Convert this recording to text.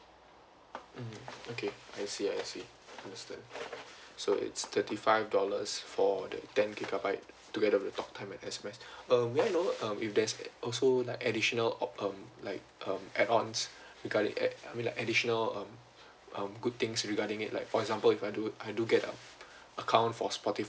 mm okay I see I see understand so it's thirty five dollars for the ten gigabyte together with the talk time and S_M_S uh may I know um if there is also like additional um like um add ons regarding I mean like additional um um good things regarding it like for example if I do I do get a account for Spotify